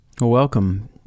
Welcome